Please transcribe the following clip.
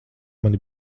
mani